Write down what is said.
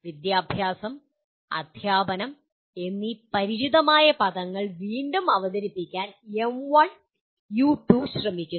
വിദ്യാഭ്യാസം അദ്ധ്യാപനം എന്നീ പരിചിതമായ പദങ്ങൾ വീണ്ടും അവതരിപ്പിക്കാൻ M1U2 ശ്രമിക്കുന്നു